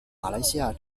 马来西亚